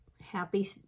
happy